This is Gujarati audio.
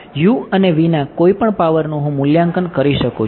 u અને v ના કોઈપણ પાવરનું હું મૂલ્યાંકન કરી શકું છું